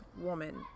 Woman